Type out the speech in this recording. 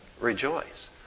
rejoice